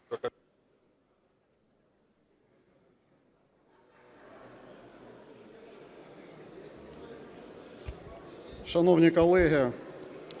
Шановні колеги,